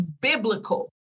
biblical